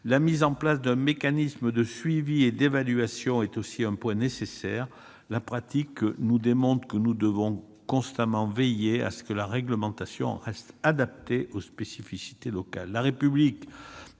La mise en place d'un mécanisme de suivi et d'évaluation est également nécessaire. La pratique nous démontre que nous devons constamment veiller à ce que la réglementation reste adaptée aux spécificités locales.